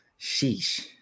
sheesh